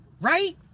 right